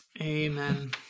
Amen